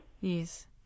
Yes